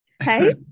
Okay